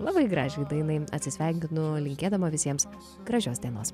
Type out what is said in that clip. labai gražiai dainai atsisveikinu linkėdama visiems gražios dienos